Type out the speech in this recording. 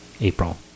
april